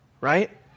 right